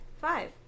Five